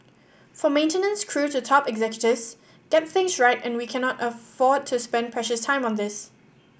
from maintenance crew to top executives get things right and we cannot afford to spend precious time on this